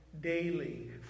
daily